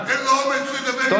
אין לו אומץ לדבר עם זועבי, זועבי.